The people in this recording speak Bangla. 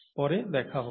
পরে দেখা হবে